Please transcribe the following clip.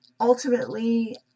Ultimately